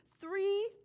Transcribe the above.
three